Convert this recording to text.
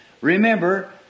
Remember